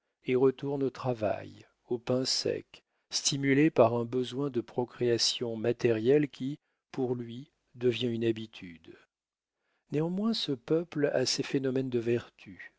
et retourne au travail au pain sec stimulé par un besoin de procréation matérielle qui pour lui devient une habitude néanmoins ce peuple a ses phénomènes de vertu